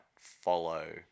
follow